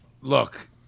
look